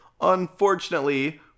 unfortunately